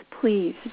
please